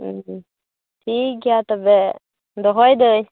ᱦᱩᱸ ᱦᱩᱸ ᱴᱷᱤᱠᱜᱮᱭᱟ ᱛᱚᱵᱮ ᱫᱚᱦᱚᱭᱫᱟ ᱧ